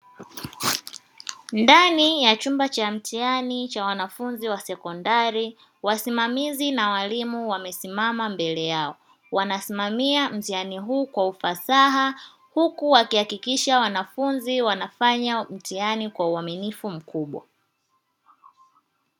Ndani ya chumba cha mtihani cha wanafunzi wa sekondari wasimamizi na walimu wamesimama mbele yao. Wanasimamia mtihani huu kwa ufasaha huku wakihakikisha wanafunzi wanafanya mtihani kwa uaminifu mkubwa.